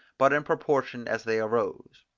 but in proportion as they arose.